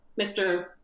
Mr